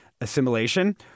Assimilation